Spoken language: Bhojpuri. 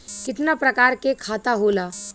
कितना प्रकार के खाता होला?